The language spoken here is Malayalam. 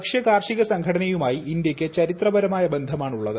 ഭക്ഷ്യ കാർഷിക സംഘടനയുമായി ഇന്ത്യയ്ക്ക് ചരിത്രപരമായ ബന്ധമാണുള്ളത്